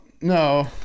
no